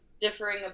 differing